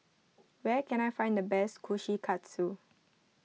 where can I find the best Kushikatsu